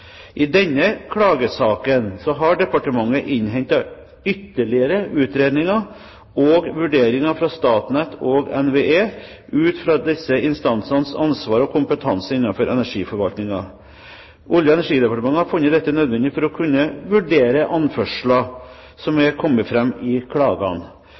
I denne klagesaken har departementet innhentet ytterligere utredninger og vurderinger fra Statnett og NVE ut fra disse instansenes ansvar og kompetanse innenfor energiforvaltningen. Olje- og energidepartementet har funnet dette nødvendig for å kunne vurdere anførsler som er kommet fram i klagene.